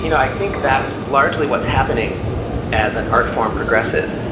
you know i think that's largely what's happening as an art form progresses.